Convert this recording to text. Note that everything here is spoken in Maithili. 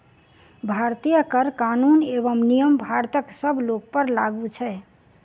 भारतीय कर कानून एवं नियम भारतक सब लोकपर लागू छै